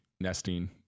nesting